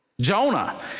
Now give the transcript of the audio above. Jonah